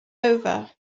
over